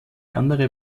andere